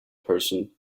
person